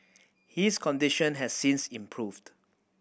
his condition has since improved